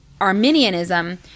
Arminianism